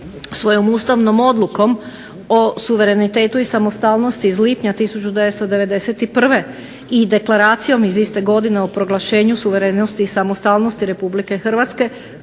svojom ustavnom odlukom o suverenitetu i samostalnosti iz lipnja 1991. i deklaracijom iz iste godine o proglašenju suverenosti i samostalnosti Republike Hrvatske